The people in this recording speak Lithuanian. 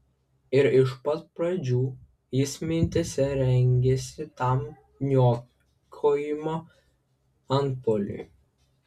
ir iš pat pradžių jis mintyse rengėsi tam niokojimo antpuoliui